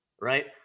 right